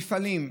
מפעלים,